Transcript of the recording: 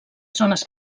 zones